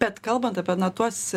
bet kalbant apie tuos